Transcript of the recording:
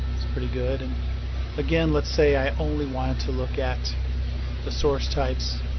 that's pretty good and again let's say i only wanted to look at the source types